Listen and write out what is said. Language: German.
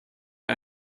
wir